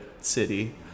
city